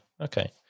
Okay